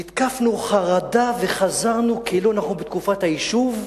נתקפנו חרדה וחזרנו, כאילו אנחנו בתקופת היישוב,